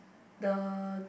the